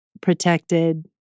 protected